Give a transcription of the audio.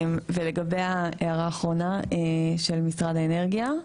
ולגבי ההערה האחרונה של משרד האנרגיה.